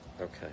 Okay